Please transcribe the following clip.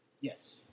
Yes